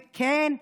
וכן,